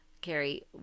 Carrie